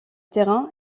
terrain